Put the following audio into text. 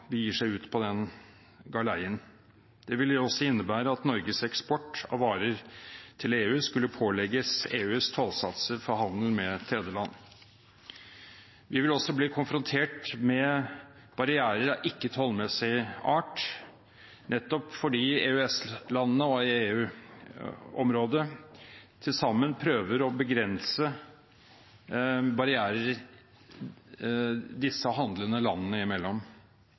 begir seg ut på den galeien. Det ville også innebære at Norges eksport av varer til EU skulle pålegges EUs tollsatser for handel med tredjeland. Vi ville også bli konfrontert med barrierer av ikke-tollmessig art, nettopp fordi EØS-landene og EU-området til sammen prøver å begrense